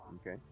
Okay